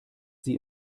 sie